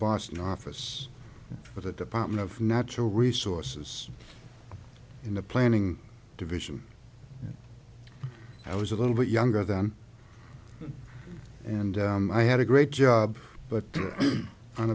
boston office of the department of natural resources in the planning division i was a little bit younger than me and i had a great job but on